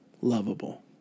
lovable